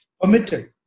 permitted